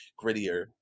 grittier